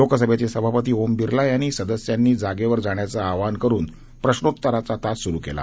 लोकसभेचे सभापती ओम बिर्ला यांनी सदस्यांनी जागेवर जाण्याचं आवाहन करून प्रश्नोत्तराचा तास सुरु केला